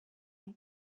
wowe